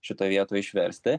šitoj vietoj išversti